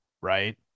right